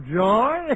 joy